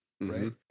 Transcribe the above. right